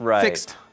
fixed